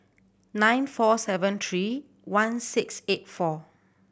nine four seven three one six eight four